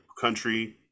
country